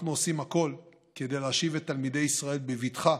אנחנו עושים הכול כדי להשיב את תלמידי ישראל בבטחה